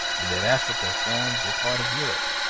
and that africa forms a part of europe.